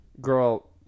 girl